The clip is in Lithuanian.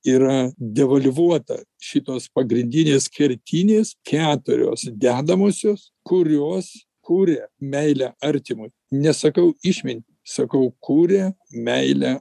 yra devalvuota šitos pagrindinės kertinės keturios dedamosios kurios kuria meilę artimui nesakau išmintį sakau kuria meilę